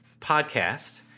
podcast